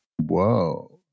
Whoa